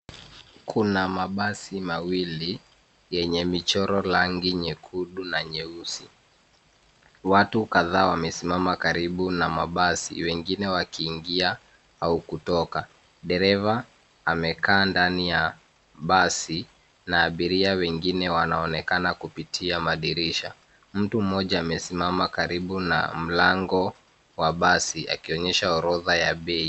Kuna mabasi mawili yenye michoro rangi nyekundu na nyeusi. Watu kadhaa wamesimama karibu na mabasi, wengine wakiingia au kutoka. Dereva amekaa ndani ya basi, Na abiria wengine wanaonekana kupitia madirisha. Mtu mmoja amesimama karibu na mlango wa basi akionyesha orodha ya bei.